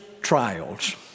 trials